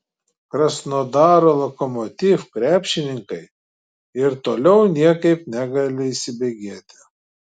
krasnodaro lokomotiv krepšininkai ir toliau niekaip negali įsibėgėti